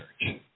Church